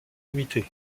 limités